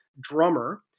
Drummer